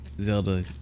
Zelda